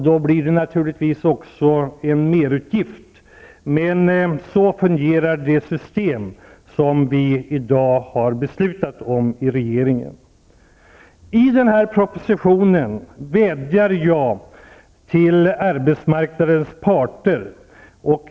Då blir det naturligtvis också en merutgift, men så fungerar det system som vi i dag har beslutat om i regeringen. I denna proposition vädjar jag till arbetsmarknadens parter.